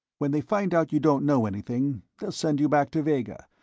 when they find out you don't know anything, they'll send you back to vega,